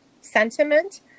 sentiment